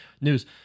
News